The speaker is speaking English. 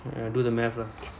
do the maths lah